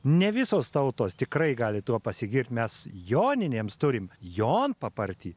ne visos tautos tikrai gali tuo pasigirt mes joninėms turim jonpapartį